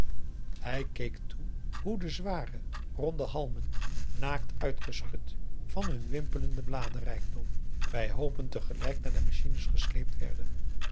hij keek toe hoe de zware ronde halmen naakt uitgeschud van hun augusta de wit orpheus in de dessa wimpelenden bladerrijkdom bij hoopen tegelijk naar de machines gesleept werden